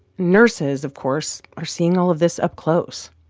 nurses, of course, are seeing all of this up close.